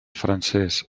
francès